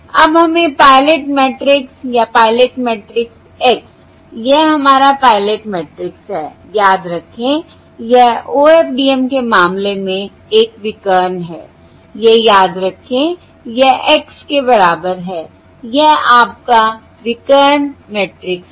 अब हमें pilot matrix या पायलट मैट्रिक्स X यह हमारा पायलट मैट्रिक्स है याद रखें यह OFDM के मामले में एक विकर्ण है यह याद रखें यह X के बराबर है यह आपका विकर्ण मैट्रिक्स है